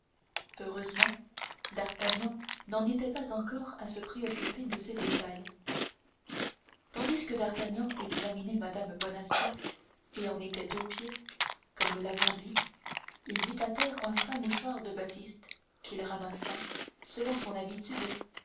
heureusement d'artagnan n'en était pas encore à se préoccuper de ces détails tandis que d'artagnan examinait mme bonacieux et en était aux pieds comme nous l'avons dit il vit à terre un fin mouchoir de batiste qu'il ramassa selon son habitude